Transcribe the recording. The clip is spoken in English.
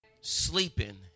Sleeping